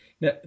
now